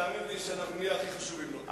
תאמין לי שאנחנו נהיה הכי חשובים לו.